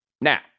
Now